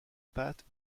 pattes